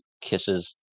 kisses